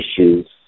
issues